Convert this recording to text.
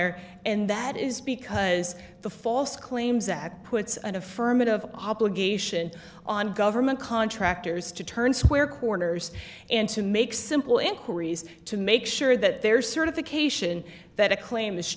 honor and that is because the false claims that puts an affirmative obligation on government contractors to turn square corners and to make simple inquiries to make sure that their certification that a claim